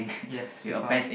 yes with us